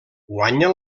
guanya